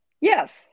yes